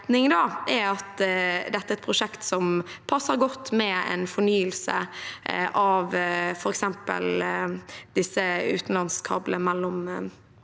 er at dette er et prosjekt som passer godt sammen med en fornyelse av f.eks. disse utenlandskablene mellom